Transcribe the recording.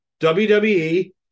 WWE